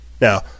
Now